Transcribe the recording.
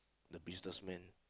the businessman